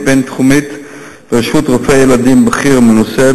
בין-תחומית בראשות רופא ילדים בכיר ומנוסה,